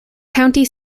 county